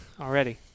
already